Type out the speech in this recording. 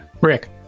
Rick